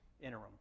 interim